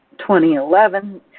2011